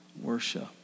worship